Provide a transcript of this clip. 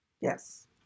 Yes